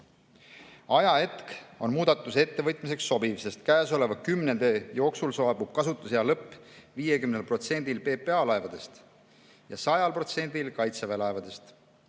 Ajahetk on muudatuse ettevõtmiseks sobiv, sest käesoleva kümnendi jooksul saabub kasutusaja lõpp 50%‑il PPA laevadest ja 100%‑il Kaitseväe laevadest.